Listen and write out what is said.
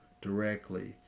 directly